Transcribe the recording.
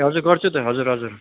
ए हजुर गर्छु त हजुर हजुर